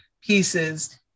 pieces